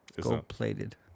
gold-plated